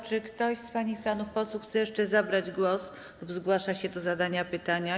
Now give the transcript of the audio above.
Czy ktoś z pań i panów posłów chce jeszcze zabrać głos lub zgłasza się do zadania pytania?